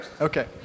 Okay